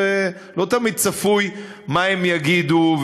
זה לא תמיד צפוי מה הם יגידו,